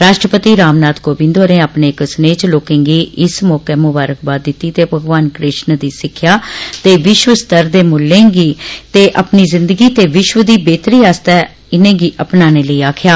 राष्ट्रपति रामनाथ कोविंद होरें अपने इक सनेह च लोकें गी इस मौके ममारकबाद दिती ते भगवान कृष्ण दी सिक्खेया ते विश्वस्तर दे मुल्खें गी अपनी ज़िन्दगी ते विश्व दी बेहतरी आस्तै इनेंगी अपनाने लेई आक्खेया